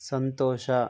ಸಂತೋಷ